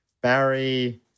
Barry